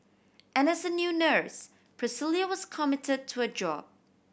as a new nurse Priscilla was committed to her job